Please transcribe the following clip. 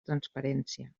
transparència